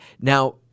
Now